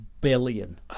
billion